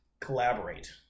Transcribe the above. collaborate